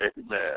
Amen